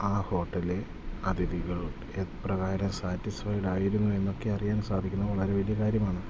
ആ ഹോട്ടലിൽ അതിഥികൾ എപ്രകാരം സാറ്റിസ്ഫൈഡ് ആയിരുന്നു എന്നൊക്കെ അറിയാൻ സാധിക്കുന്നത് വളരെ വലിയ കാര്യമാണ്